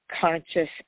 conscious